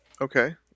Okay